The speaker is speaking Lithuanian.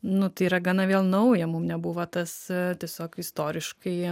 nu tai yra gana vėl nauja mum nebuvo tas tiesiog istoriškai